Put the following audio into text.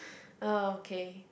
oh okay